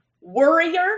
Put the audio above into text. worrier